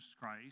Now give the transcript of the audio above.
Christ